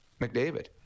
McDavid